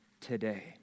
today